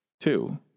Two